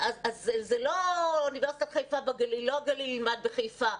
אני מבינה שלא הגליל ילמד בחיפה,